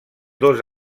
dos